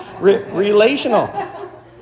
Relational